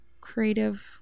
creative